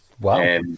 Wow